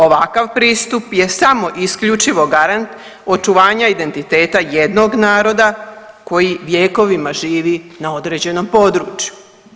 Ovakav pristup je samo isključivo garant očuvanja identiteta jednog naroda koji vjekovima živi na određenom području.